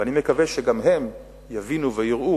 ואני מקווה שגם הם יבינו ויראו